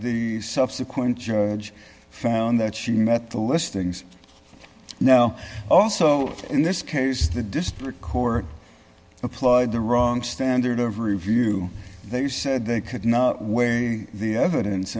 the subsequent judge found that she met the listings now also in this case the district court applied the wrong standard of review they said they could not wear the evidence